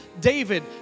David